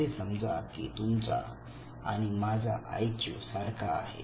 असे समजा की तुमचा आणि माझा आईक्यू सारखा आहे